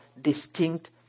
distinct